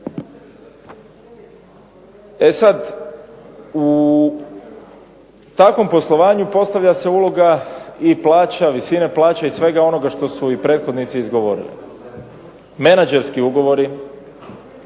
E sad, u takvom poslovanju postavlja se uloga i plaća, visine plaća i svega onoga što su i prethodnici izgovorili. Menađerski ugovori,